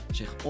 zich